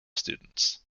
students